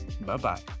bye-bye